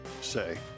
say